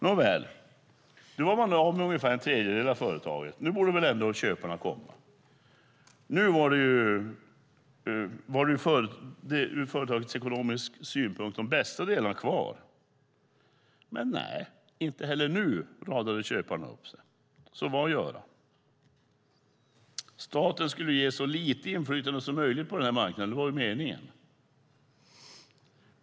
Nåväl, nu var man av med ungefär en tredjedel av företaget - nu borde väl ändå köparna komma. Nu var de, ur företagsekonomisk synpunkt, bästa delarna kvar. Men nej, inte heller nu radade köparna upp sig. Så vad gör man? Staten skulle ju ges så lite inflytande som möjligt på denna marknad; det var meningen.